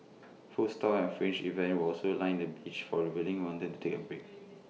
food stalls and fringe events will also line the beach for revealing wanted to take A break